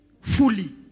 fully